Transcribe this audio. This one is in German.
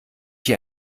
hier